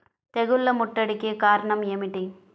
తెగుళ్ల ముట్టడికి కారణం ఏమిటి?